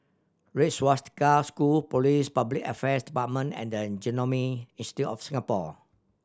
Red Swastika School Police Public Affairs Department and the an Genome Institute of Singapore